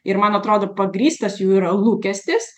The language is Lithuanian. ir man atrodo pagrįstas jų yra lūkestis